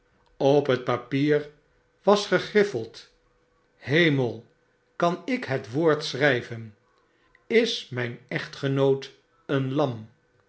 op het papier was gegriffeld hemel kan ik het woord schryven is myn echtgenoot een lam